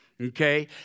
Okay